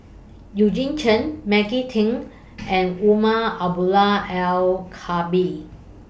Eugene Chen Maggie Teng and Umar Abdullah Al Khatib